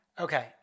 Okay